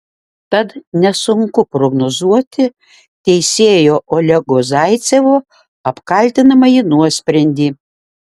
tad nesunku prognozuoti teisėjo olego zaicevo apkaltinamąjį nuosprendį